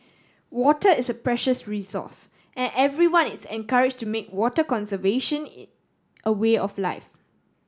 water is a precious resource and everyone is encourage to make water conservation in a way of life